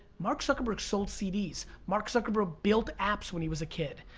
mark zuckerberg sold cds. mark zuckerberg built apps when he was a kid.